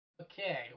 Okay